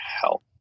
help